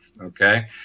okay